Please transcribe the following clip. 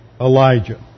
Elijah